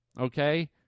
okay